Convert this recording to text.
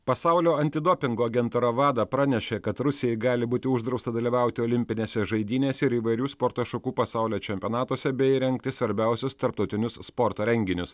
pasaulio antidopingo agentūra wada pranešė kad rusijai gali būti uždrausta dalyvauti olimpinėse žaidynėse ir įvairių sporto šakų pasaulio čempionatuose bei rengti svarbiausius tarptautinius sporto renginius